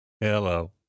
Hello